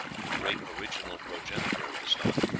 the great original progenitor of the stock.